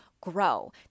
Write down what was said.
grow